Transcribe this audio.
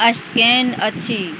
scan अछि